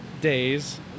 days